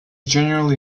generally